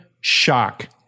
shock